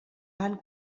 van